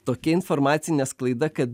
tokia informacinė sklaida kad